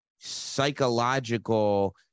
psychological